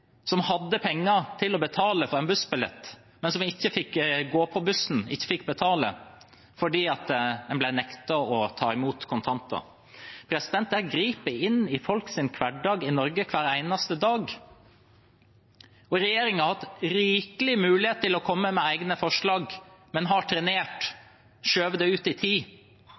som hadde penger til å betale for en bussbillett, men som ikke fikk gå på bussen og betale, fordi en nektet å ta imot kontanter. Dette griper inn i folks hverdag i Norge hver eneste dag. Regjeringen har hatt rikelig med muligheter til å komme med egne forslag, men har trenert og skjøvet det ut i tid.